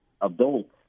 adults